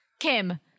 Kim